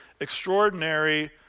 extraordinary